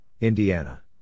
Indiana